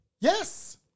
Yes